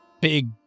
Big